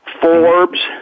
Forbes